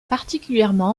particulièrement